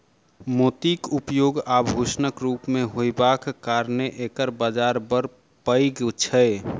मोतीक उपयोग आभूषणक रूप मे होयबाक कारणेँ एकर बाजार बड़ पैघ छै